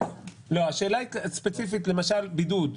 השאלה היא ספציפית, למשל בידוד.